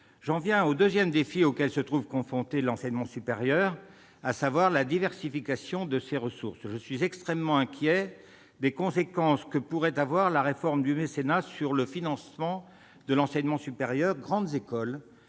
L'enseignement supérieur est confronté à un deuxième défi, à savoir la diversification de ses ressources. Je suis extrêmement inquiet des conséquences que pourrait avoir la réforme du mécénat sur le financement de l'enseignement supérieur, des grandes écoles